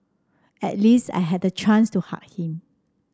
at least I had a chance to hug him